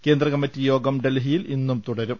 കേന്ദ്രകമ്മിറ്റി യോഗം ഡൽഹി യിൽ ഇന്നും തുടരും